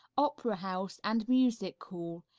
opera house and music hall,